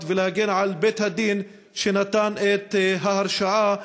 ולהגן על בית-הדין שנתן את ההרשעה,